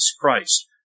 Christ